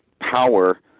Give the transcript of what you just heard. power